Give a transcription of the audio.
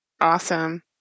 Awesome